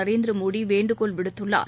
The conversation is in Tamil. நரேந்திர மோடி வேண்டுகோள் விடுத்துள்ளார்